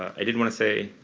i did want to say,